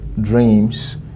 dreams